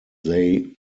they